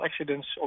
accidents